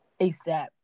ASAP